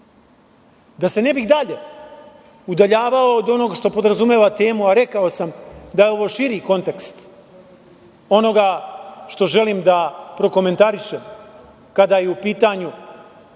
se ne bih dalje udaljavao od onog što podrazumeva temu, a rekao sam da je ovo širi kontekst onoga što želim da prokomentarišem kada je u pitanju